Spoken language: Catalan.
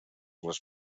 les